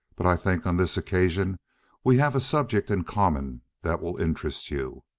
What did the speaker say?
but i think on this occasion we have a subject in common that will interest you.